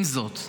עם זאת,